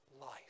life